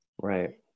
Right